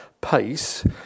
pace